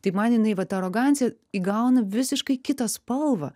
tai man jinai vat arogancija įgauna visiškai kitą spalvą